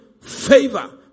favor